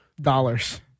dollars